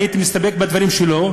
הייתי מסתפק בדברים שלו.